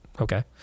okay